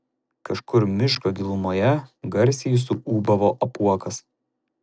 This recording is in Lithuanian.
kažkur miško gilumoje garsiai suūbavo apuokas